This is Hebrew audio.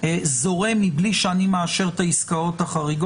זורם מבלי שאני מאשר את החריגות,